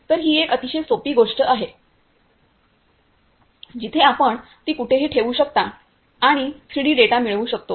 तर ही एक अतिशय सोपी गोष्ट आहे जिथे आपण ती कुठेही ठेवू शकतो आणि 3 डी डेटा मिळवू शकतो